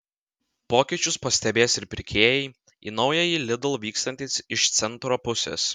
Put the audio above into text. pokyčius pastebės ir pirkėjai į naująjį lidl vykstantys iš centro pusės